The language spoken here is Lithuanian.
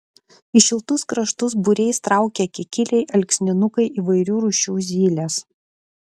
į šiltus kraštus būriais traukia kikiliai alksninukai įvairių rūšių zylės